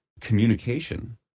communication